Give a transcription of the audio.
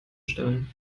stellen